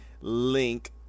link